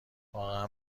واقعا